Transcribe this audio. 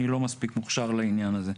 אני לא מספיק מוכשר לעניין הזה.